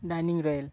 dining royal